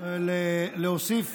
להוסיף